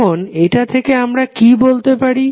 এখন এটা থেকে আমরা কি বলতে পারি